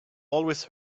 always